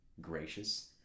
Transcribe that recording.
gracious